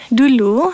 dulu